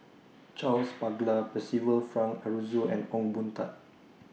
Charles Paglar Percival Frank Aroozoo and Ong Boon Tat